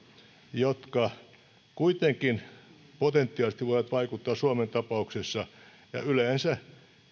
jotka kuitenkin potentiaalisesti voivat vaikuttaa suomen tapauksessa ja yleensä